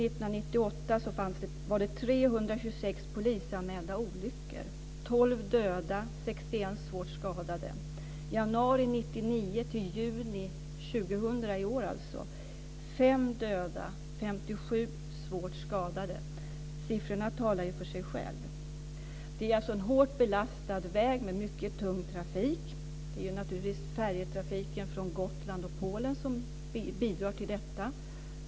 personer skadades svårt. Siffrorna talar för sig själva. Det är alltså en hårt belastad väg med mycket tung trafik. Det är naturligtvis färjetrafiken till och från Gotland och Polen som bidrar till detta.